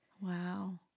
Wow